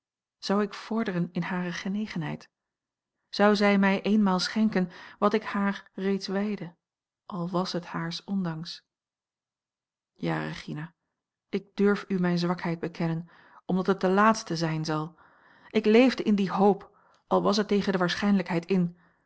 zou ik vorderen in hare genegenheid zou zij mij eenmaal schenken wat ik haar reeds wijdde al was het haars ondanks ja regina ik durf u mijne zwakheid bekennen omdat het de laatste zijn zal ik leefde in die hoop al was het tegen de waarschijnlijkheid in